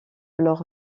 leur